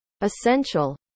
essential